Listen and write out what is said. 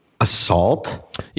assault